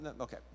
okay